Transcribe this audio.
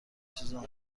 چیزو